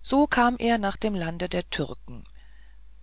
so kam er nach dem lande der türken